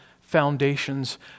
foundations